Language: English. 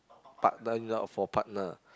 partnering for partner